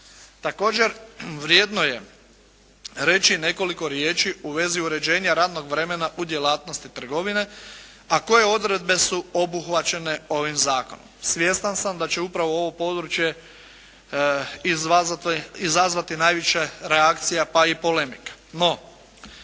Također vrijedno je reći i nekoliko riječi u vezi uređenja radnog vremena u djelatnosti trgovine, a koje odredbe su obuhvaćene ovim zakonom. Svjestan sam da će upravo ovo područje izazvati najviše reakcija pa i polemika.